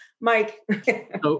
Mike